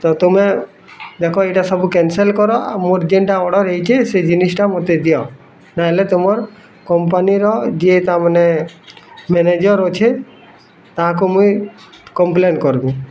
ତ ତମେ ଦେଖ ଏଇଟା ସବୁ କ୍ୟାନ୍ସେଲ୍ କର ଆଉ ମୋର ଯେନ୍ଟା ଅର୍ଡ଼ର୍ ହେଇଛି ସେ ଜିନିଷ ଟା ମୋତେ ଦିଅ ନାହେଲେ ତୁମର କମ୍ପାନୀର ଯିଏ ତାମାନେ ମ୍ୟାନେଜର୍ ଅଛେ ତାହାକୁ ମୁଇଁ କପ୍ଲେନ୍ କରିବି